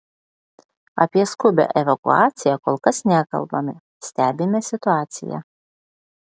apie skubią evakuaciją kol kas nekalbame stebime situaciją